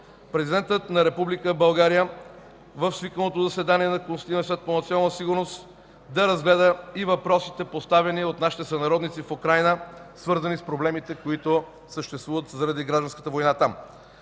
президентът на Република България в свиканото заседание на Консултативния съвет по национална сигурност да разгледа и въпросите, поставени от нашите сънародници в Украйна, свързани с проблемите, които съществуват заради гражданската война там.